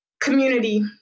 community